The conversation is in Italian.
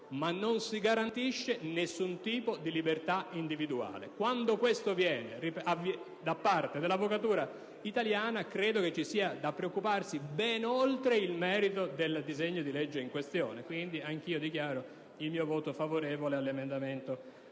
Ma non garantisce nessun tipo di libertà individuale. Quando questo avviene da parte dell'avvocatura italiana, credo che ci sia da preoccuparsi ben oltre il merito del disegno di legge in questione. Quindi, anch'io dichiaro il mio voto favorevole all'emendamento